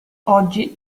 oggi